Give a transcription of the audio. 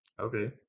Okay